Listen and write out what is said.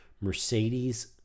Mercedes